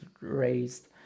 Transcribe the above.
raised